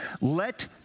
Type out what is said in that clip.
Let